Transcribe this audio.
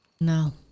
no